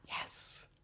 yes